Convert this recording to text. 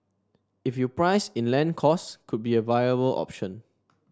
if you price in land costs could be a viable option